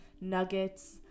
nuggets